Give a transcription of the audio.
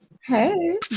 Hey